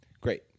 Great